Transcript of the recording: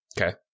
Okay